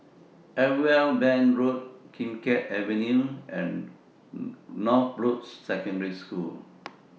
Irwell Bank Road Kim Keat Avenue and Northbrooks Secondary School